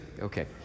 Okay